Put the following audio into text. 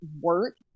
work